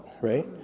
right